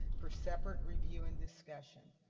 for separate review and discussion.